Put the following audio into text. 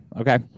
Okay